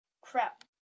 crap